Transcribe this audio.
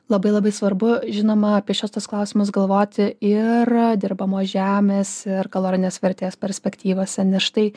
labai labai svarbu žinoma apie šiuos tuos klausimus galvoti ir dirbamos žemės ir kalorinės vertės perspektyvose nes štai